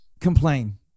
complain